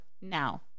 now